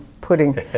putting